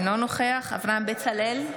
אינו נוכח אברהם בצלאל,